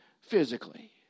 physically